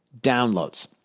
downloads